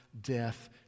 death